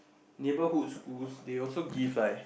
neighbourhood schools they also give like